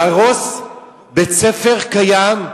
להרוס בית-ספר קיים,